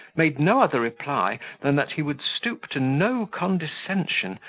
made no other reply than that he would stoop to no condescension,